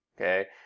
Okay